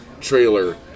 trailer